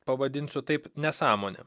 pavadinsiu taip nesąmonė